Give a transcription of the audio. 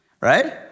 right